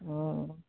ᱚ